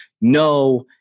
no